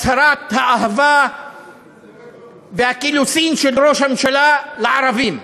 עם הצהרת האהבה והקילוסין של ראש הממשלה לערבים?